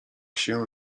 się